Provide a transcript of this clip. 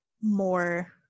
more